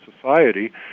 society